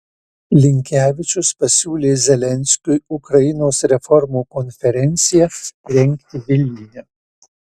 linkevičius pasiūlė zelenskiui ukrainos reformų konferenciją rengti vilniuje